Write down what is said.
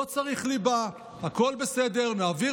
לא צריך ליבה, הכול בסדר,